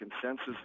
consensus